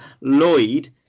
Lloyd